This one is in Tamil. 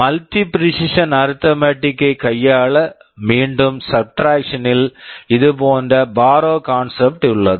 multi precision arithmetic multi precision arithmetic கைக் கையாள மீண்டும் சப்ட்ராக்க்ஷன் subtraction ல் இதேபோன்ற பார்ரோவ் கான்செப்ட் borrow concept உள்ளது